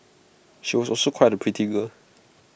she was also quite A pretty girl